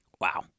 Wow